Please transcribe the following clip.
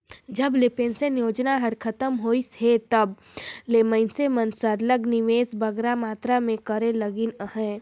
जब ले पेंसन योजना हर खतम होइस हे तब ले मइनसे मन सरलग निवेस बगरा मातरा में करे लगिन अहे